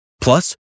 Plus